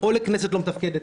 או לכנסת לא מתפקדת,